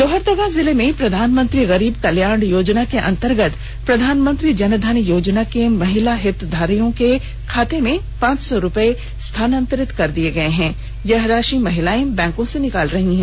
लोहरदगा जिले में प्रधानमंत्री गरीब कल्याण योजना के अंतर्गत प्रधानमंत्री जनधन योजना के महिला हितग्राहियों के खाते में पांच सौ रुपये स्थानांतरित कर दिए गए हैं यह राशि महिलाएं बैंक से निकाल रही हैं